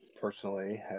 personally